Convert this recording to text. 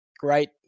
Great